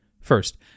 First